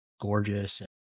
gorgeous